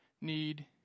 need